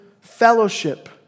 fellowship